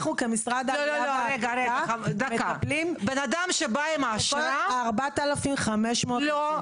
אנחנו כמשרד העלייה והקליטה מטפלים בכל 4,500 --- לא.